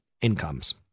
incomes